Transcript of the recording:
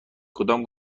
کدام